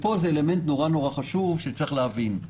זה אלמנט נורא חשוב שצריך להבין.